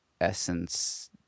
essence